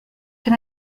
can